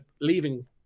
leaving